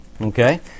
Okay